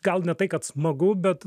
gal ne tai kad smagu bet